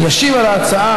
ישיב על ההצעה,